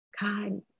God